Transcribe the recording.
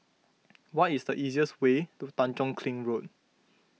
what is the easiest way to Tanjong Kling Road